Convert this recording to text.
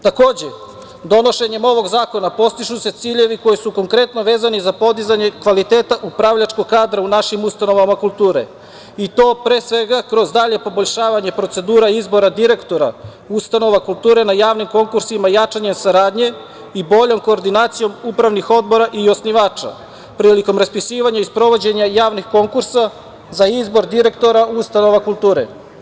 Takođe, donošenjem ovog zakona postižu se ciljevi koji su konkretno vezani za podizanje kvaliteta upravljačkog kadra u našim ustanovama kulture i to pre svega kroz dalje poboljšanje procedura izbora direktora ustanova kulture na javnim konkursima, jačanje saradnje i boljom koordinacijom upravnih odbora i osnivača, prilikom raspisivanja i sprovođenja javnih konkursa za izbor direktora ustanova kulture.